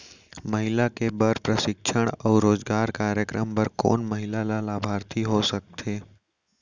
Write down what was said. महिला के बर प्रशिक्षण अऊ रोजगार कार्यक्रम बर कोन महिला ह लाभार्थी हो सकथे?